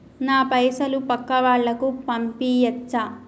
నా పైసలు పక్కా వాళ్ళకు పంపియాచ్చా?